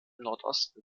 nordosten